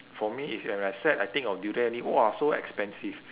for me is when I sad I think of durian only !wah! so expensive